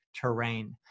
terrain